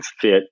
fit